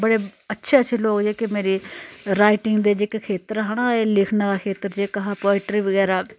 बडे अच्छे अच्छे लोक जेह्के मेरे राइटिंग दे जेहका खेत्तर हा ना लिखने दा खेत्तर जेहका हा पोईटरी बगैरा